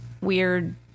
weird